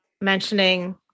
mentioning